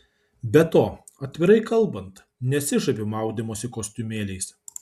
be to atvirai kalbant nesižaviu maudymosi kostiumėliais